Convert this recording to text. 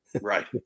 Right